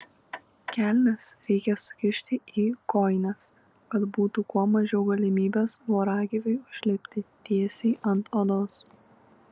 kelnes reikia sukišti į kojines kad būtų kuo mažiau galimybės voragyviui užlipti tiesiai ant odos